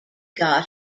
got